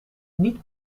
niet